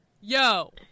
yo